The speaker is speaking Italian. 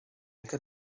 anche